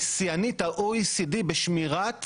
שיאנית ה-OECD בשמירת